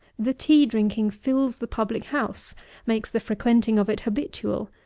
the tea drinking fills the public-house, makes the frequenting of it habitual,